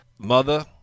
Mother